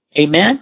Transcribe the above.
Amen